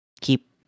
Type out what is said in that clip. keep